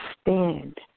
Stand